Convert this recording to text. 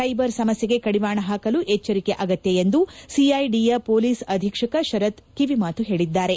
cyber ಸಮಸ್ಲೆಗೆ ಕಡಿವಾಣ ಹಾಕಲು ಎಚ್ಚರಿಕೆ ಅಗತ್ಯ ಎಂದು ಸಿಐಡಿಯ ಪೊಲೀಸ್ ಅಧೀಕ್ಷಕ ಶರತ್ ಕಿವಿಮಾತು ಹೇಳಿದ್ದಾರೆ